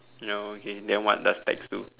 no okay then what does tax do